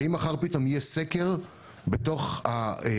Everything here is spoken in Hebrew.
האם מחר פתאום יהיה סקר בתוך האיטליזים